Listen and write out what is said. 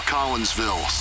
Collinsville